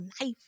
life